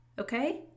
okay